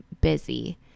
busy